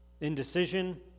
Indecision